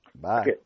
Bye